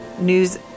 news